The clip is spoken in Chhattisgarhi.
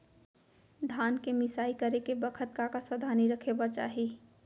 धान के मिसाई करे के बखत का का सावधानी रखें बर चाही?